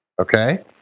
Okay